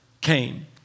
came